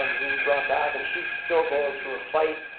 who brought back, and she's still going through a fight,